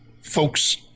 folks